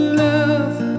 love